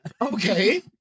Okay